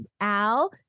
Al